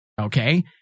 Okay